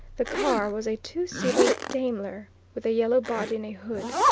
the car was a two-seater daimler with a yellow body and a hood.